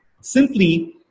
Simply